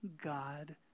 God